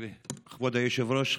כבוד היושב-ראש,